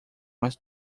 mais